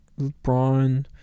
LeBron